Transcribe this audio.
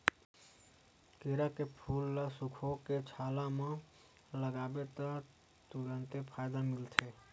केरा के फूल ल सुखोके छाला म लगाबे त तुरते फायदा मिलथे